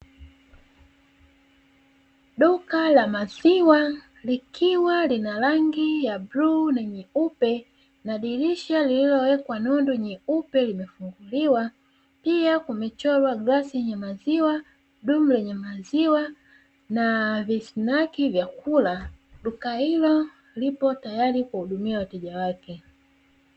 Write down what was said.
Duka la maziwa likiwa lina rangi ya bluu na nyeupe, na dirisha lililowekwa nondo nyeupe limefunguliwa. Pia kumechorwa glasi yenye maziwa, dumu lenye maziwa na visnaki vya kula. Duka hilo lipo tayari kuhudumia wateja wake.